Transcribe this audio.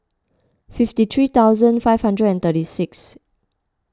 fifty three thousand five hundred and thirty six